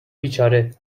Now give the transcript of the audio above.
بیچاره